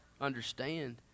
understand